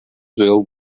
well